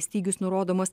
stygius nurodomas